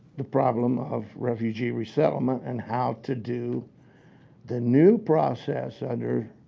the problem of refugee resettlement and how to do the new process under